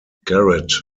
garret